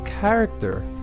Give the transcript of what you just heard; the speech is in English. character